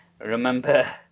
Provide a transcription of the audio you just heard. remember